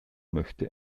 möchte